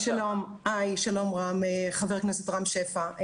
שלום, חבר הכנסת רם שפע.